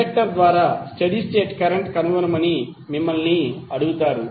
inductor ద్వారా steady state current కనుగొనమని మిమ్మల్ని అడిగారు